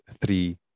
three